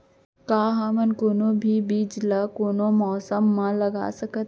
का हमन कोनो भी बीज ला कोनो मौसम म लगा सकथन?